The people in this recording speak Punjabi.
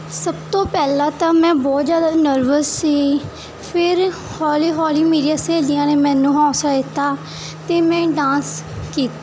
ਸਭ ਤੋਂ ਪਹਿਲਾਂ ਤਾਂ ਮੈਂ ਬਹੁਤ ਜ਼ਿਆਦਾ ਨਰਵਸ ਸੀ ਫਿਰ ਹੌਲੀ ਹੌਲੀ ਮੇਰੀਆਂ ਸਹੇਲੀਆਂ ਨੇ ਮੈਨੂੰ ਹੌਸਲਾ ਦਿੱਤਾ ਅਤੇ ਮੈਂ ਡਾਂਸ ਕੀਤਾ